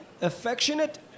affectionate